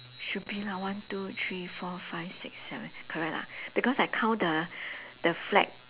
should be lah one two three four five six seven correct lah because I count the the flag